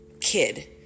kid